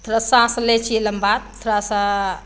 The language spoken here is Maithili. थोड़ा साँस लै छियै लम्बा थोड़ा सा